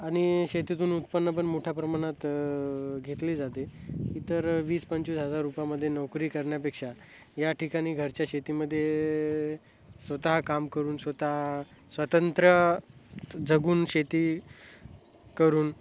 आणि शेतीतून उत्पन्न पण मोठ्या प्रमाणात घेतली जाते इतर वीस पंचवीस हजार रुपयामध्ये नोकरी करण्यापेक्षा या ठिकाणी घरच्या शेतीमध्ये स्वतः काम करून स्वतः स्वतंत्र जगून शेती करून